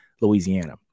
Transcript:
Louisiana